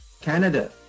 canada